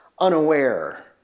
unaware